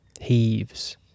heaves